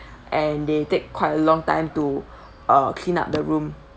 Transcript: and they take quite a long time to uh clean up the room